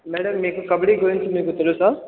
madam మీకు కబడ్డీ గురించి మీకు తెలుసా